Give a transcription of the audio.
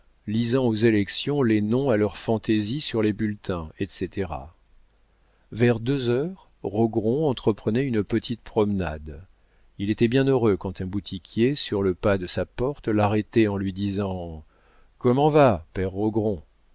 lisant aux élections les noms à leur fantaisie sur les bulletins etc vers deux heures rogron entreprenait une petite promenade il était bien heureux quand un boutiquier sur le pas de sa porte l'arrêtait en lui disant comment va père